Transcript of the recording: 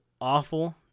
awful